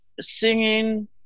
singing